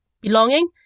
belonging